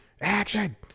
action